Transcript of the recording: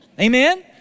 Amen